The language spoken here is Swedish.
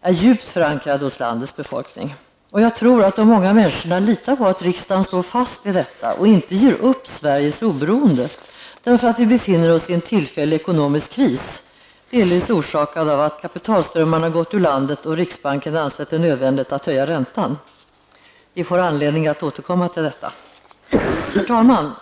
är djupt förankrad hos landets befolkning. Jag tror att de många människorna litar på att riksdagen står fast vid det och inte ger upp Sveriges oberoende därför att vi befinner oss i en tillfällig ekonomisk kris, delvis orsakad av att kapitalströmmarna gått ur landet och att riksbanken ansett det nödvändigt att höja räntan. Vi får anledning att återkomma till detta. Herr talman!